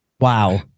Wow